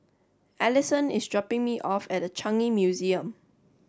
Allisson is dropping me off at The Changi Museum